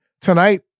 Tonight